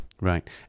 Right